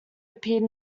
appeared